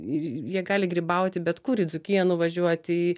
ir jie gali grybauti bet kur į dzūkiją nuvažiuoti